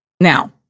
now—